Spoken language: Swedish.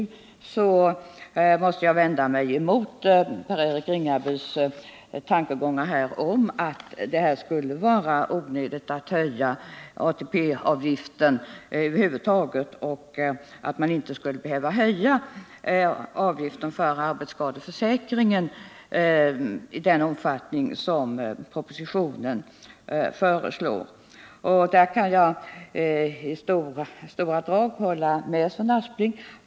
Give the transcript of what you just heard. Jag måste vända mig mot Per-Eric Ringabys tankegångar om att det skulle vara onödigt att höja ATP-avgiften över huvud taget och att man inte skulle behöva höja avgiften för arbetsskadeförsäkring i den omfattning som föreslås i propositionen. Där kan jag i stora drag hålla med Sven Aspling.